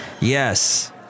yes